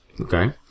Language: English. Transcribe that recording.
Okay